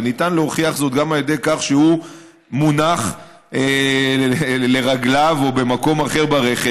וניתן להוכיח זאת גם על ידי כך שהוא מונח לרגליו או במקום אחר ברכב,